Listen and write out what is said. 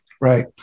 Right